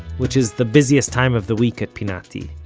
which is the busiest time of the week at pinati,